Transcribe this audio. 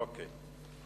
אוקיי.